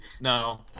no